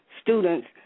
students